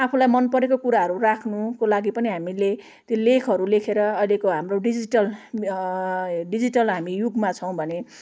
आफूलाई मन परेको कुराहरू राख्नुको लागि पनि हामीले त्यो लेखहरू लेखेर अहिलेको हाम्रो डिजिटल डिजिटल हामी युगमा छौँ भने